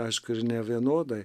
aišku ir nevienodai